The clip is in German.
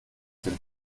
sind